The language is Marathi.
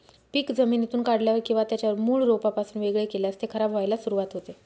पीक जमिनीतून काढल्यावर किंवा त्याच्या मूळ रोपापासून वेगळे केल्यास ते खराब व्हायला सुरुवात होते